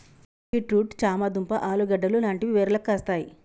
beet root చామ దుంప ఆలుగడ్డలు లాంటివి వేర్లకు కాస్తాయి